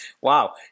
Wow